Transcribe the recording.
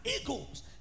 eagles